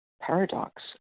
paradox